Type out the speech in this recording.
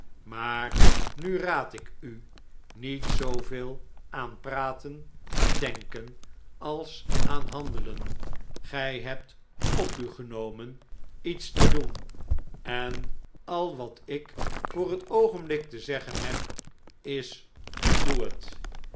maar nu raad ik u niet zooveel aan praten te denken als aan handelen gij hebt op u genomen iets te doen en al wat ik voor het oogenblik te zeggen neb is doe het